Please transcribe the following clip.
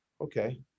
Okay